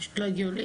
זה פשוט לא הגיוני,